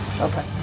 Okay